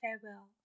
farewell